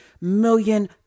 million